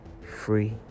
free